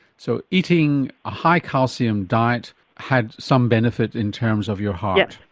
so eating a high calcium diet had some benefit in terms of your heart? yes.